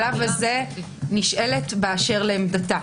או אז היא נשאלת באשר לעמדתה.